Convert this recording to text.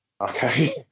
okay